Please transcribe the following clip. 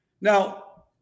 Now